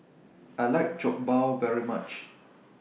I like Jokbal very much